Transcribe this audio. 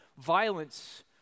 violence